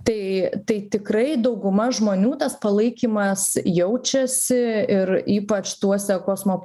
tai tai tikrai dauguma žmonių tas palaikymas jaučiasi ir ypač tuose kosmo